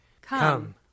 Come